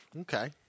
Okay